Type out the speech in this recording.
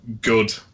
good